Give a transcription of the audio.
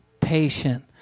patient